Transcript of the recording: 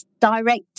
direct